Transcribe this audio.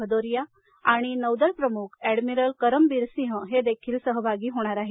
भदोरिया आणि नौदल प्रमुख अॅडमिरल करमबिर सिंह हे देखील सहभागी होणार आहेत